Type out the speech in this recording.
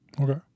Okay